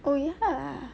oh ya